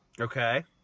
okay